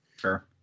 Sure